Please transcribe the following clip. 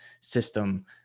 system